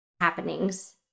happenings